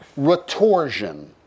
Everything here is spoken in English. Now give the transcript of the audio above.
retorsion